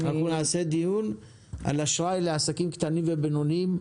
אנחנו נעשה דיון על אשראי לעסקים קטנים ובינוניים,